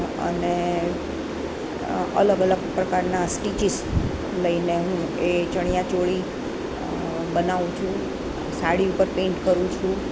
અને અલગ અલગ પ્રકારના સ્ટીચીસ લઇને હું એ ચણિયા ચોળી બનાવું છું સાડી ઉપર પેઇન્ટ કરું છું